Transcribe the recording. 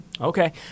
Okay